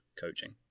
coaching